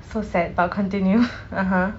so sad but continue (uh huh)